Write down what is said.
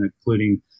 including